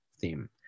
theme